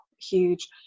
huge